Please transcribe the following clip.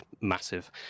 massive